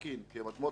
כי הם אדמות מדינה,